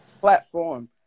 platform